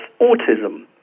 autism